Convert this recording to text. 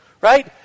right